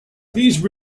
these